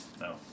No